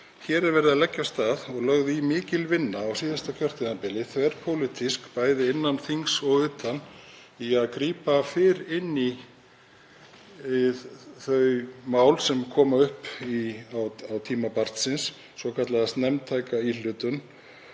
Hér er verið að leggja af stað og lögð í það mikil vinna á síðasta kjörtímabili, þverpólitísk, bæði innan þings og utan, í að grípa fyrr inn í þau mál sem koma upp á tíma barnsins, svokallaða snemmtæka íhlutun,